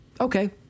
okay